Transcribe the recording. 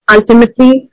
Ultimately